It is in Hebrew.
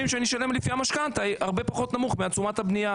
שאני אשלם לפי המשכנתא יהיו נמוכים מתשומות הבנייה.